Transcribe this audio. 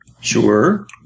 Sure